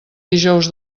dijous